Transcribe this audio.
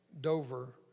Dover